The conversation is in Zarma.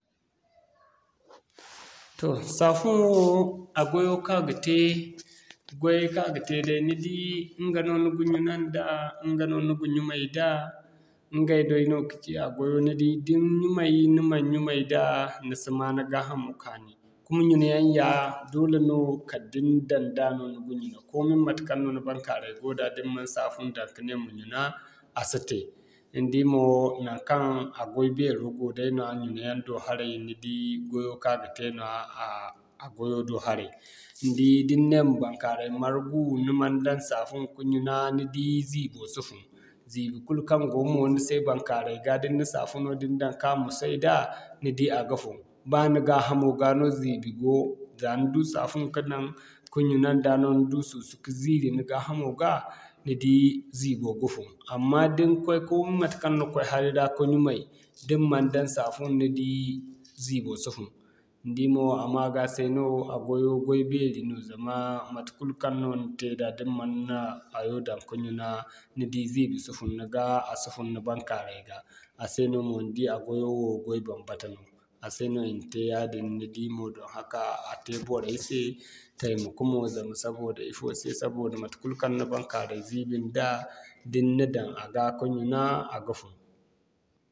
Toh safun wo a gwayo kaŋ a ga te, gwayay kaŋ a ga te day ni di ɲga no ni ga ɲyuna nda, ɲga no ni ga ɲumay da, ɲgay day no ka ci a gwayo ni di da ni ɲumay, ni man ɲumay da, ni si ma ni gaa hamo kaani. Kuma ɲuna yaŋ yaa doole no kala da ni daŋ da no ni ga ɲuna koomi matekaŋ no ni baŋkaaray go da da ni man safun daŋ ka ne ma ɲuna, a si te. Ni di mo, naŋkaŋ a goy beero go day nooya ɲuna yaŋ do haray ni di gwayo kaŋ a ga te nooya a a'gwayo do haray. Ni di da ni ne ma baŋkaaray margu, man daŋ safun ka ɲuna, ni di ziibo si fun. Ziibi kulu kaŋ go mo ni se baŋkaaray ga da ni na safuno din daŋ ka musay da ni di a ga fun. Ba ni gaa hamo ga no ziibi go, za ni du safun ka daŋ ka ɲuna nda no ni du susu ka ziiri, gaa hamo ga, ni di ziibo ga fun. Amma da ni koy kumo matekaŋ ni koy hari ra ka ɲumay, da ni man daŋ safun ni di ziibo si fun. Ni di mo a maga se no a gwayo goy beeri no zama matekul kaŋ no ni te da, da ni mana hayo daŋ ka ɲuna ni di ziibi si fun ni ga a si fun ni baŋkaaray ga. A se no mo ni di a gwayo goy bambata no a se no i na te yaadin ni di mo doŋ haka, a te boray se taimako mo zama saboda ifo se saboda matekul kaŋ ni baŋkaaray ziibi nda da ni na daŋ a ga, a ga funu.